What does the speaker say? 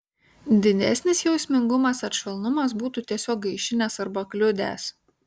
didesnis jausmingumas ar švelnumas būtų tiesiog gaišinęs arba kliudęs